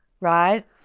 right